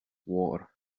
war